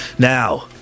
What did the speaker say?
Now